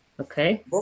Okay